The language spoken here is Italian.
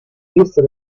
lista